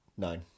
Nine